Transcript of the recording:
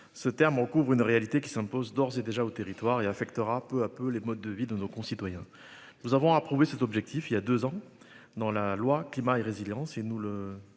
ce terme recouvre une réalité qui s'impose d'ores et déjà au territoire et affectera peu à peu les modes de vie de nos concitoyens. Nous avons approuvé cet objectif, il y a 2 ans dans la loi climat et résilience